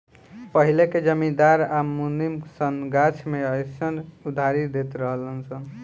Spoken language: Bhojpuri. पहिले के जमींदार आ मुनीम सन गाछ मे अयीसन उधारी देत रहलन सन